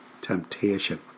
temptation